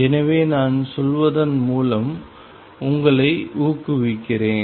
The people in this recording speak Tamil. எனவே நான் சொல்வதன் மூலம் உங்களை ஊக்குவிக்கிறேன்